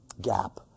gap